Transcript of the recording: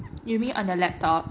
you may on the laptop